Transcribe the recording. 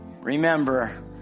Remember